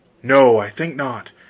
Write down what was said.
no, i think not.